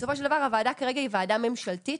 בסופו של דבר הוועדה כרגע היא ועדה ממשלתית